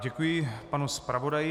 Děkuji panu zpravodaji.